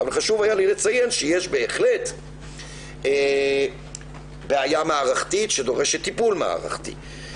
אבל חשוב היה לי לציין שיש בהחלט בעיה מערכתית שדורשת טיפול מערכתי.